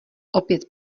opět